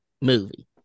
movie